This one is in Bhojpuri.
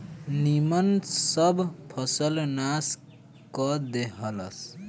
निमन सब फसल नाश क देहलस